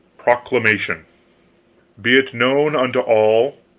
proclamation be it known unto all.